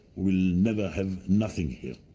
we'll never have nothing here.